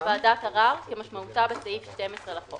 "ועדת ערר" כמשמעותה בסעיף 12 לחוק,